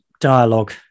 dialogue